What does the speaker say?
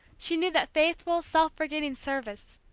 she knew that faithful, self-forgetting service,